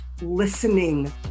listening